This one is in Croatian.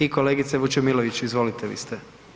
I kolegice Vučemilović izvolite, vi ste.